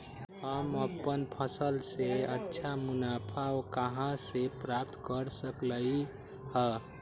हम अपन फसल से अच्छा मुनाफा कहाँ से प्राप्त कर सकलियै ह?